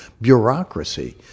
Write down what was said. bureaucracy